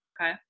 Okay